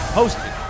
hosted